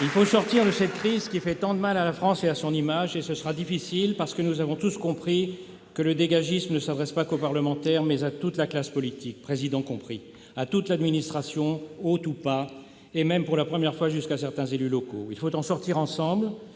Il faut sortir de cette crise qui fait tant de mal à la France et à son image. Ce sera difficile, parce que nous avons tous compris que le dégagisme ne s'adresse pas qu'aux parlementaires, mais à toute la classe politique, Président de la République compris, à toute l'administration, haute ou pas, et même, pour la première fois, jusqu'à certains élus locaux. Il faut en sortir ensemble,